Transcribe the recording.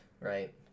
right